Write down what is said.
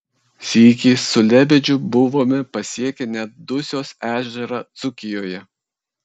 sykį su lebedžiu buvome pasiekę net dusios ežerą dzūkijoje